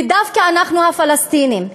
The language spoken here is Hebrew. ודווקא אנחנו הפלסטינים,